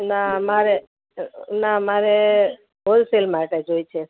ના મારે ના મારે હોલસેલ માટે જોયે છે